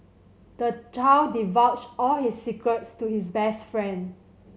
the child divulged all his secrets to his best friend